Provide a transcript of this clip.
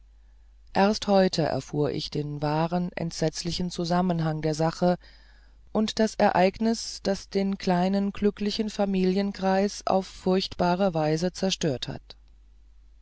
erst heute erfuhr ich den wahren entsetzlichen zusammenhang der sache und das ereignis das den kleinen glücklichen familienkreis auf furchtbare weise verstört hat